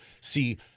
see